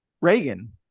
reagan